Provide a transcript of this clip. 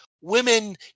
women